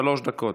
שלוש דקות.